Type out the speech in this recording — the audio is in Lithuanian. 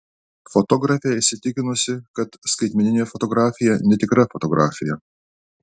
fotografė įsitikinusi kad skaitmeninė fotografija netikra fotografija